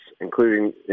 including